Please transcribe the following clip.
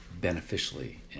beneficially